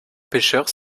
pêcheurs